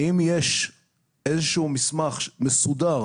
האם יש איזשהו מסמך מסודר